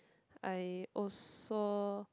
I also